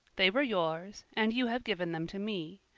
they were yours, and you have given them to me.